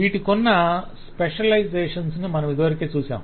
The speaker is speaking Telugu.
వీటికున్న స్పెషలైజేషన్స్ ను మనమిదివరకే చూశాం